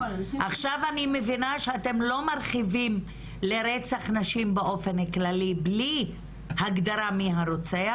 עכשיו אני מבינה שלא מרחיבים לרצח נשים באופן כללי בלי הגדרה מי הרוצח,